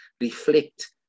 reflect